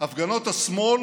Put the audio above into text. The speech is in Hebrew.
השמאל